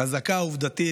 חזקה עובדתית,